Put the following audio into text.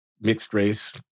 mixed-race